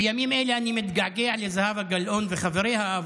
בימים אלה אני מתגעגע לזהבה גלאון וחבריה,